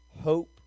Hope